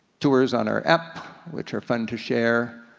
tours on our app, which are fun to share.